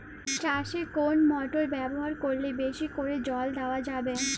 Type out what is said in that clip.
চাষে কোন মোটর ব্যবহার করলে বেশী করে জল দেওয়া যাবে?